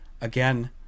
Again